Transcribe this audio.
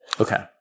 Okay